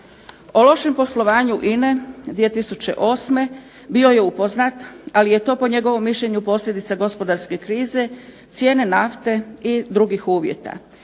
O lošem poslovanju INA-e 2008. bio je upoznat, ali je to po njegovom mišljenju posljedica gospodarske krize, cijene nafte i drugih uvjeta.